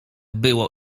było